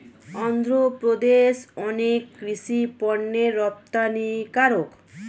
অন্ধ্রপ্রদেশ অনেক কৃষি পণ্যের রপ্তানিকারক